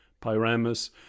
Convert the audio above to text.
Pyramus